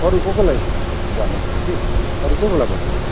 अरू को कोलाई भनेको छ कि अरू को कोलाई भनेको छ